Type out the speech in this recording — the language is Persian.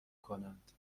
کنند